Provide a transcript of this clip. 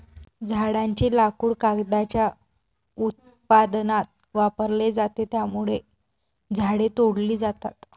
झाडांचे लाकूड कागदाच्या उत्पादनात वापरले जाते, त्यामुळे झाडे तोडली जातात